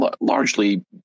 largely